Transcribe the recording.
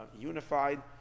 unified